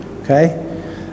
okay